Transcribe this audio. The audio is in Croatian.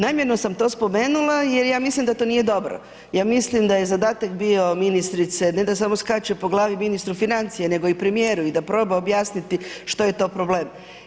Namjerno sam to spomenula jer ja mislim da to nije dobro, ja mislim da je zadatak bio ministrice ne da samo skače po glavi ministru financija nego i premijeru i da proba objasniti što je to problem.